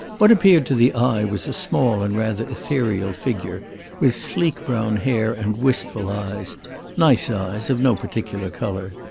what appeared to the eye was a small and rather ethereal figure with sleek brown hair and wistful eyes nice eyes, of no particular color.